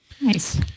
nice